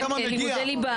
תתעלמו מהמוזיקה,